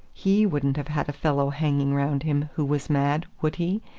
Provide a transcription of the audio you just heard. he wouldn't have had a fellow hanging round him who was mad, would he?